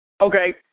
Okay